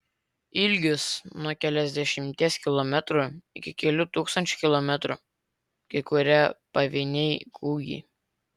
ilgis nuo keliasdešimties kilometrų iki kelių tūkstančių kilometrų kai kurie pavieniai kūgiai